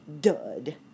dud